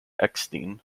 eckstein